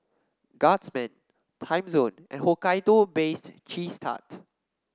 Guardsman Timezone and Hokkaido Based Cheese Tart